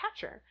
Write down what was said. catcher